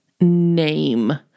name